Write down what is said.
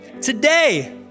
today